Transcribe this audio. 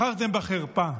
בחרתם בחרפה.